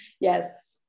yes